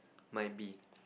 might be